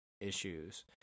issues